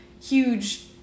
huge